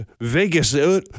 Vegas